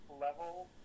level